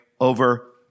over